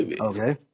Okay